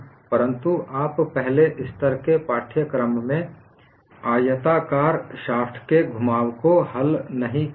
परंतु आप पहले स्तर के पाठ्यक्रम में आयताकार शाफ्ट के घुमाव को हल नहीं करते